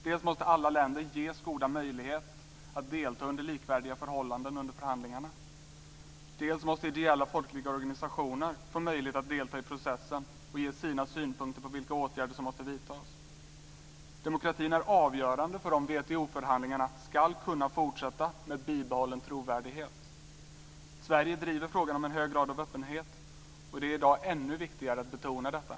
Dels måste alla länder ges goda möjligheter att delta under likvärdiga förhållanden under förhandlingarna, dels måste ideella och folkliga organisationer få en möjlighet att delta i processen och ge sina synpunkter på vilka åtgärder som måste vidtas. Demokratin är avgörande för om WTO förhandlingarna ska kunna fortsätta med bibehållen trovärdighet. Sverige driver frågan om en hög grad av öppenhet, och det är i dag ännu viktigare att betona detta.